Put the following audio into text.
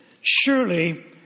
surely